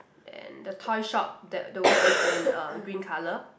and the toy shop the the word is in uh green colour